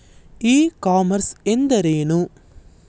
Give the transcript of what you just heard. E commerce ಎಂದರೇನು?